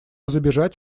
забежать